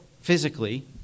physically